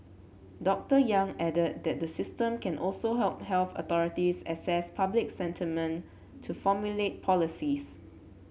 Doctor Yang added that the system can also help health authorities assess public sentiment to formulate policies